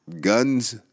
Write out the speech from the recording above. Guns